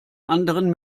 anderen